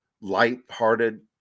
light-hearted